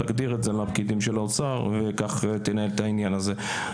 תגדיר את זה לפקידים של האוצר וכך תוביל ותנהל את העניין הזה.